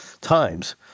times